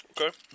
Okay